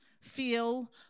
feel